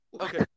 Okay